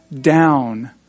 down